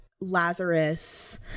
lazarus